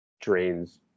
drains